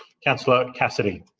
councillor cassidy